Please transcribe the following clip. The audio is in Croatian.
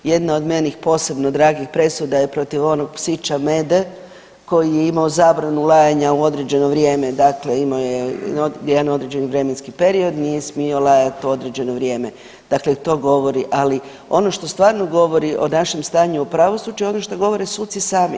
Jedna od meni posebno dragih presuda je protiv onog psića mede koji je imao zabranu lajanja u određeno vrijeme, dakle imao je jedan određeni vremenski period nije smio lajat u određeno vrijeme, dakle to govori, ali ono što stvarno govori o našem stanju u pravosuđu ono što govore suci sami.